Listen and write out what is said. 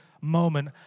moment